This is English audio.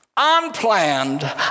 Unplanned